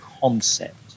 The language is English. concept